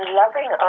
loving